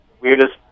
weirdest